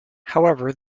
however